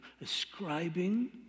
ascribing